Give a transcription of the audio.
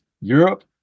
Europe